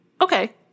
Okay